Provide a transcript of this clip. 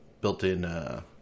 built-in